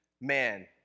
man